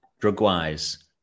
drug-wise